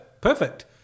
perfect